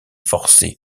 forcé